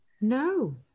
No